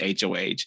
HOH